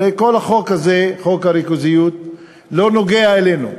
הרי כל החוק הזה, חוק הריכוזיות, לא נוגע לנו.